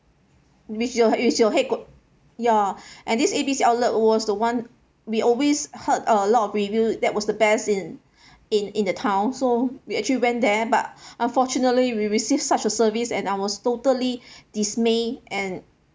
which your is your headqu~ ya and this A B C outlet was the one we always heard a lot of review that was the best in in in the town so we actually went there but unfortunately we received such a service and I was totally dismay and